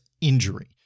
injury